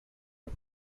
are